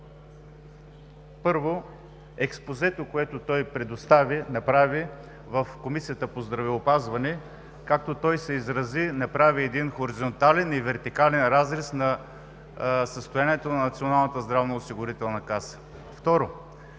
Първо, експозето, което той направи в Комисията по здравеопазване, както той се изрази – направи един хоризонтален и вертикален разрез на състоянието на Националната здравноосигурителна каса.